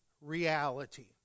reality